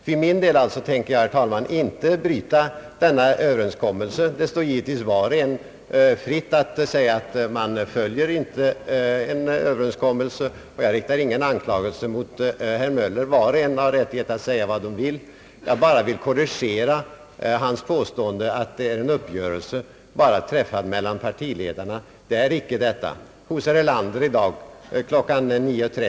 För min del tänker jag, herr talman, inte bryta denna överenskommelse. Det står givetvis var och en fritt att inte följa en överenskommelse, och jag riktar ingen anklagelse mot herr Möller. Var och en har rättighet att säga vad han vill. Jag bara vill korrigera hans påstående att det rör sig om en uppgörelse som träffats mellan partiledarna. Så är det icke. Hos herr Erlander bekräftades i dag kl.